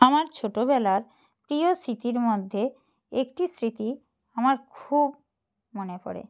আমার ছোটোবেলার প্রিয় স্মৃতির মধ্যে একটি স্মৃতি আমার খুব মনে পড়ে